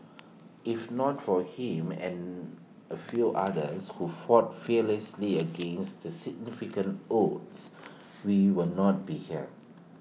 if not for him and A few others who fought fearlessly against the significant odds we will not be here